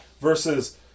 Versus